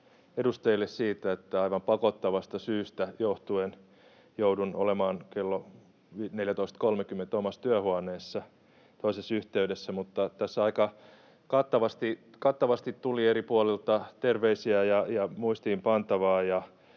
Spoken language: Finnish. edustajille siitä, että aivan pakottavasta syystä johtuen joudun olemaan kello 14.30 omassa työhuoneessani toisessa yhteydessä, mutta tässä aika kattavasti tuli eri puolilta terveisiä ja muistiinpantavaa,